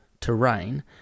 terrain